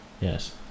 Yes